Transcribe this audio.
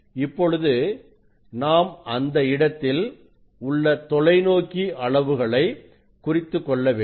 இப்பொழுது நாம் அந்த இடத்தில் உள்ள தொலைநோக்கி அளவுகளை குறித்துக் கொள்ள வேண்டும்